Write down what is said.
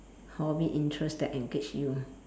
hobby interest that engage you